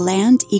Land